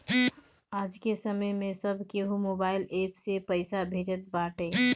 आजके समय में सब केहू मोबाइल एप्प से पईसा भेजत बाटे